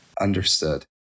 understood